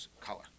Color